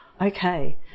Okay